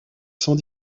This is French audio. sans